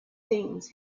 things